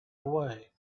away